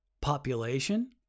population